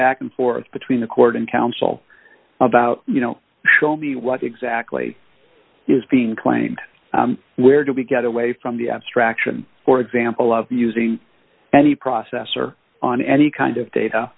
back and forth between the court and council about you know what exactly is being claimed where do we get away from the abstraction for example of using any processor on any kind of data